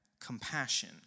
compassion